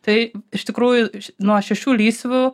tai iš tikrųjų nuo šešių lysvių